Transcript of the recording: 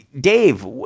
Dave